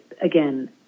again